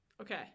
Okay